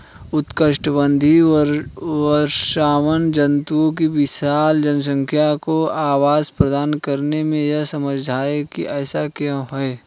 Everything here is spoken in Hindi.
उष्णकटिबंधीय वर्षावन जंतुओं की विशाल जनसंख्या को आवास प्रदान करते हैं यह समझाइए कि ऐसा क्यों है?